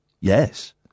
Yes